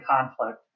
conflict